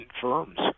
firms